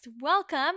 welcome